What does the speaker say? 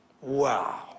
Wow